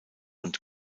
und